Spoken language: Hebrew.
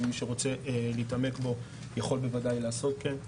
ומי שרוצה להתעמק בו יכול בוודאי לעשות כן.